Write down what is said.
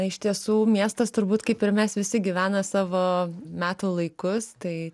iš tiesų miestas turbūt kaip ir mes visi gyvena savo metų laikus tai